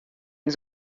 ens